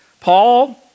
Paul